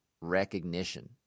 recognition